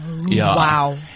Wow